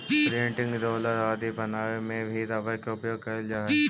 printing roller आदि बनावे में भी रबर के उपयोग कैल जा हइ